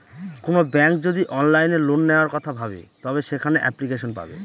কোনো ব্যাঙ্ক যদি অনলাইনে লোন নেওয়ার কথা ভাবে তবে সেখানে এপ্লিকেশন পাবে